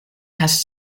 has